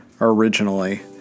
originally